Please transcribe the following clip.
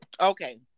Okay